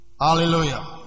Hallelujah